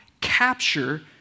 capture